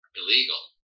illegal